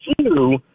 two